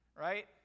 right